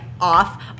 off